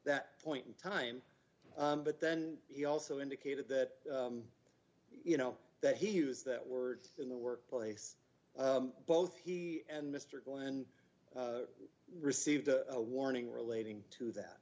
that point in time but then he also indicated that you know that he used that word in the workplace both he and mr glenn received a warning relating to that